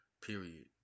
period